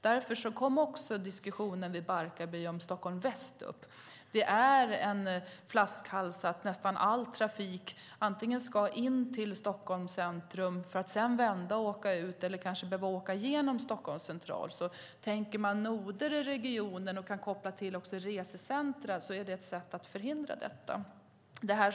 Därför kom vid diskussionen om Barkarby också Stockholm väst upp. Det är en flaskhals att nästan all trafik antingen ska in till Stockholms centrum för att sedan vända och åka ut eller behöva åka igenom Stockholms central. Att tänka noder i regionen och koppla ihop till resecentrum är ett sätt att förhindra flaskhalsar.